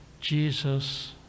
Jesus